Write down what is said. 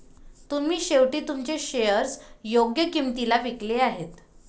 तुम्ही शेवटी तुमचे शेअर्स योग्य किंमतीला विकले आहेत